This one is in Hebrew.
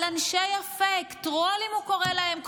על אנשי הפייק, "טרולים", הוא קורא להם.